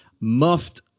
Muffed